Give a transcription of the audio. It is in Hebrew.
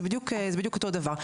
זה בדיוק אותו דבר.